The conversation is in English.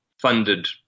funded